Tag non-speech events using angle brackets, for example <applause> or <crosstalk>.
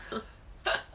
<laughs>